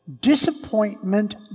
disappointment